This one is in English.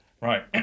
right